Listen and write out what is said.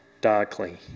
Darkly